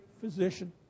physician